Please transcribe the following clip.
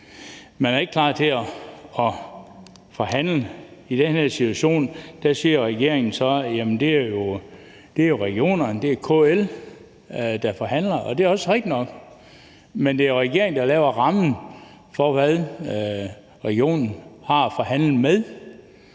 Man er ikke klar til at forhandle, og i den her situation siger regeringen så, at det er regionerne og KL, der forhandler, og det er også rigtigt nok. Men det er jo regeringen, der laver rammen for, hvad regionerne har at forhandle med.